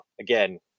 again